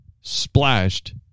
splashed